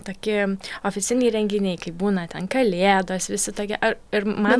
toki ofisiniai renginiai kaip būna ten kalėdos visi tokie ar ir man